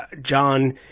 John